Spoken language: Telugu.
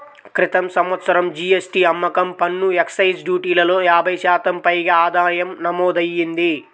క్రితం సంవత్సరం జీ.ఎస్.టీ, అమ్మకం పన్ను, ఎక్సైజ్ డ్యూటీలలో యాభై శాతం పైగా ఆదాయం నమోదయ్యింది